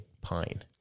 pine